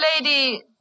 lady